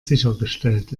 sichergestellt